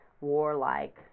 warlike